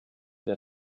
der